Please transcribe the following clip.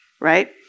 right